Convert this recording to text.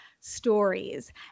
stories